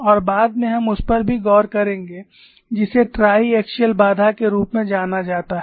और बाद में हम उस पर भी गौर करेंगे जिसे ट्राई एक्सियल बाधा के रूप में जाना जाता है